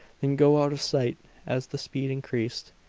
then go out of sight as the speed increased.